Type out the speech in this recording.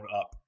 up